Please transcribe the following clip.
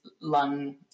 lung